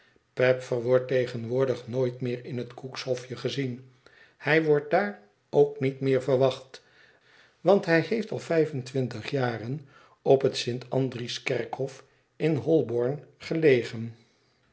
peffer wordt tegenwoordig nooit meer in het cook's hofje gezien hij wordt daar ook niet meer verwacht want hij heeft al vijf en twintig jaren op het st andrieskerkhof in holnborn gelegen